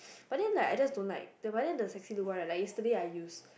but then like I just don't like but then the Sexylook one right like yesterday I use